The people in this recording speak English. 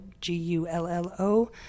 G-U-L-L-O